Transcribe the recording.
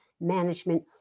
management